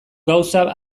gauza